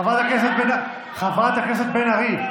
חברת הכנסת בן ארי,